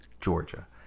Georgia